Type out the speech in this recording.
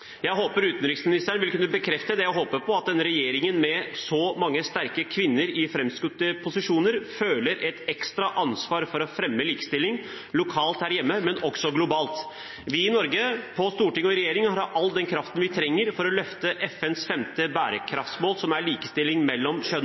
Jeg håper utenriksministeren vil kunne bekrefte det jeg håper på, at denne regjeringen med så mange sterke kvinner i framskutte posisjoner føler et ekstra ansvar for å fremme likestilling både lokalt her hjemme og globalt. Vi i Norge, på Stortinget og i regjering, har all den kraft vi trenger for å løfte FNs femte bærekraftsmål, som er likestilling mellom